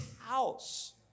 house